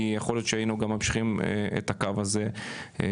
כי יכול להיות שהיינו גם ממשיכים את הקו הזה היום.